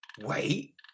wait